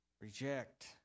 reject